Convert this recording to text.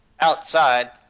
Outside